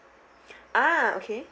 ah okay